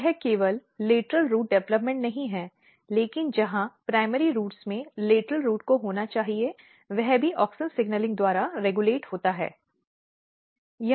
तो यह केवल लेटरल रूट विकास नहीं है लेकिन जहां प्राथमिक जड़ों में लेटरल रूट को होना चाहिए वह भी ऑक्सिन सिग्नलिंग द्वारा रेगुलेट होता है